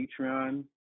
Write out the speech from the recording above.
Patreon